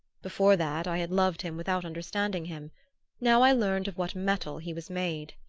before that i had loved him without understanding him now i learned of what metal he was made.